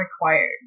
required